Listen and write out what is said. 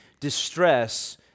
distress